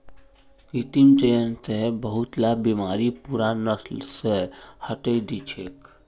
कृत्रिम चयन स बहुतला बीमारि पूरा नस्ल स हटई दी छेक